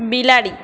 બિલાડી